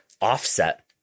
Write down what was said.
offset